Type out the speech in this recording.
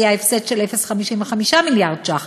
היה הפסד של 0.55 מיליארד שקל,